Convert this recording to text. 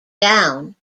down